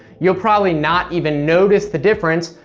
you'll probably not even notice the difference,